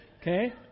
Okay